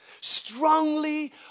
Strongly